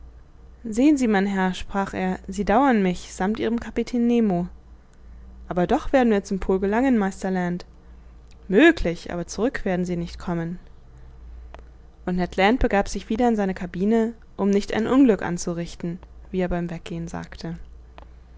sehen sie mein herr sprach er sie dauern mich sammt ihrem kapitän nemo aber doch werden wir zum pol gelangen meister land möglich aber zurück werden sie nicht kommen und ned land begab sich wieder in seine cabine um nicht ein unglück anzurichten wie er beim weggehen sagte